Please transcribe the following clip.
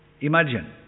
Imagine